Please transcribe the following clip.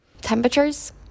temperatures